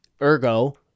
Ergo